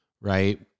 Right